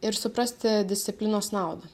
ir suprasti disciplinos naudą